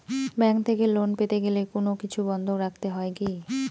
Bank থেকে loan পেতে গেলে কোনো কিছু বন্ধক রাখতে হয় কি?